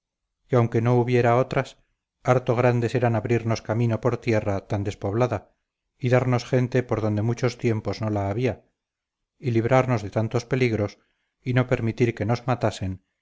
que aunque no hubiera otras harto grandes eran abrirnos caminos por tierra tan despoblada y darnos gente por donde muchos tiempos no la había y librarnos de tantos peligros y no permitir que nos matasen